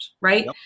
Right